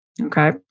Okay